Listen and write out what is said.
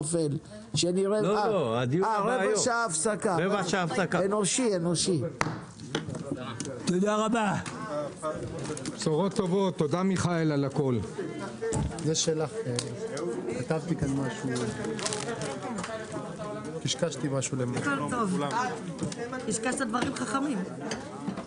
בשעה 13:35.